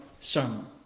sermon